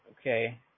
Okay